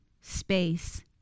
space